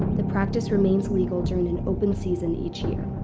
the practice remains legal during an open season each year.